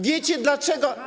Wiecie, dlaczego.